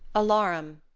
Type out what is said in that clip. alarum.